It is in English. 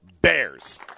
Bears